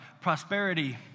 prosperity